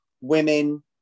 women